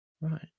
Right